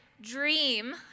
dream